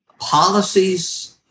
policies